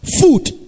food